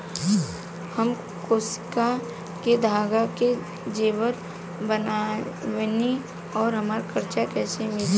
हम क्रोशिया के धागा से जेवर बनावेनी और हमरा कर्जा कइसे मिली?